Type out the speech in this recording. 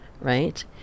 right